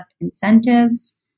incentives